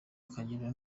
akagira